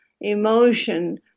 emotion